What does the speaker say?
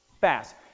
Fast